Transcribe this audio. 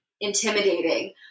intimidating